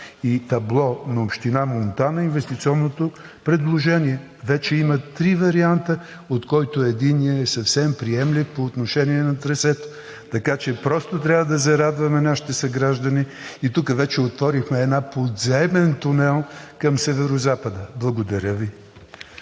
и табло на община Монтана инвестиционното предложение. Вече има три варианта, от който единият е съвсем приемлив по отношение на трасето, така че просто трябва да зарадваме нашите съграждани – и тук вече отворихме един подземен тунел към Северозапада. Благодаря Ви.